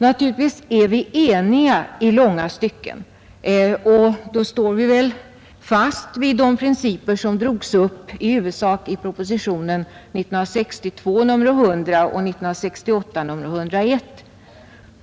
Naturligtvis är vi eniga i långa stycken, och då står vi främst fast vid de principer som i huvudsak drogs upp i propositionerna 100 år 1962 och 101 år 1968.